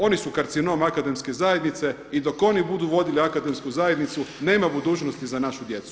Oni su karcinom akademske zajednice i dok oni budu vodili akademsku zajednicu nema budućnosti za našu djecu.